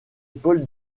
paul